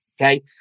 Okay